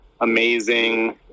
amazing